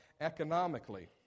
economically